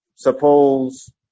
Suppose